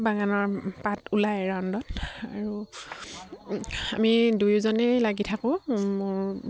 বাগানৰ পাত ওলায় আৰু আমি দুয়োজনেই লাগি থাকোঁ মোৰ